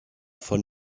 von